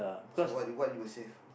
so what do you what would you save